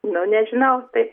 nu nežinau taip